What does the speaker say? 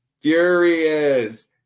Furious